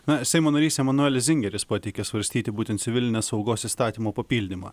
na seimo narys emanuelis zingeris pateikė svarstyti būtent civilinės saugos įstatymo papildymą